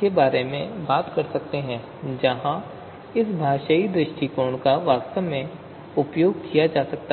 के बारे में बात कर सकते हैं जहां इस भाषाई दृष्टिकोण का वास्तव में उपयोग किया जा सकता है